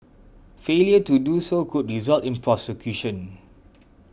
failure to do so could result in prosecution